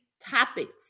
topics